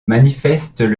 manifestent